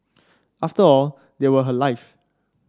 after all they were her life